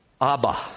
Abba